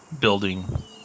building